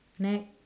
next